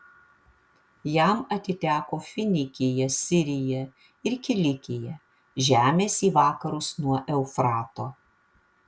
jam atiteko finikija sirija ir kilikija žemės į vakarus nuo eufrato